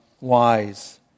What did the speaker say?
wise